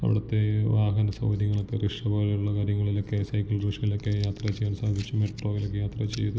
അവിടുത്തെ വാഹന സൗകര്യങ്ങളൊക്കെ റിക്ഷ പോലെയുള്ള കാര്യങ്ങളിലൊക്കെ സൈക്കിൾ റിക്ഷയിലൊക്കെ യാത്ര ചെയ്യാൻ സാധിച്ചു മെട്രോയിലൊക്കെ യാത്ര ചെയ്തു